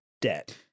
debt